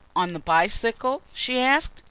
on the bicycle? she asked.